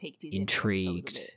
Intrigued